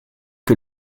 que